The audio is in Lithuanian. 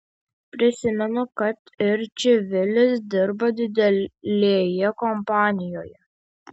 prisimenu kad ir čivilis dirba didelėje kompanijoje